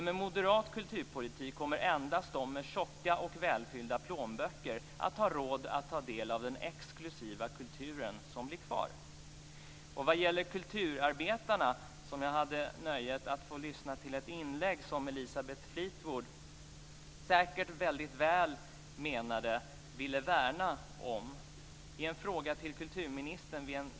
Med moderat kulturpolitik kommer endast de med tjocka och välfyllda plånböcker att ha råd att ta del av den exklusiva kultur som blir kvar. Jag hade nöjet att få lyssna när Elisabeth Fleetwood ställde en fråga till kulturministern vid en sammankomst härförleden. Hon menade säkert väldigt väl och ville värna om kulturarbetarna.